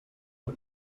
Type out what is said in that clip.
vor